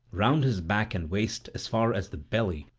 round his back and waist as far as the belly,